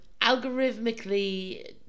algorithmically